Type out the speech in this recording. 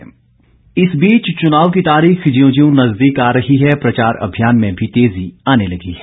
चुनाव प्रचार इस बीच चुनाव की तारीख ज्यों ज्यों नजदीक आ रही है प्रचार अभियान में भी तेजी आने लगी है